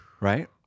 Right